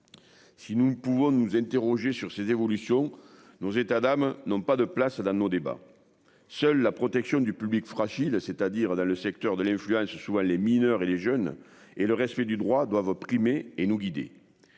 Si nous pouvons nous interroger sur ces évolutions nos états d'âme n'ont pas de place dans nos débats, seule la protection du public fragile. C'est-à-dire dans le secteur de l'influence soit les mineurs et les jeunes et le respect du droit doivent opprimé et nous guider.